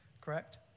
Correct